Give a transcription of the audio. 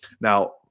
Now